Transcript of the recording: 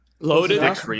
Loaded